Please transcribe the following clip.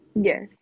Yes